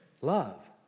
love